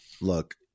look